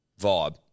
Vibe